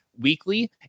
weekly